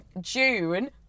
June